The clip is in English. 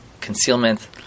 concealment